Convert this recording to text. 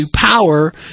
power